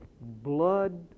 blood